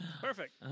Perfect